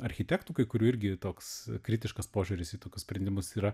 architektų kai kurių irgi toks kritiškas požiūris į tokius sprendimus yra